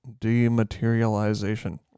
Dematerialization